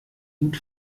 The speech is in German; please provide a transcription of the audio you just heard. gut